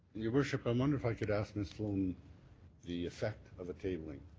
your worship, i wonder if i could ask miss sloan the effect of a tabling.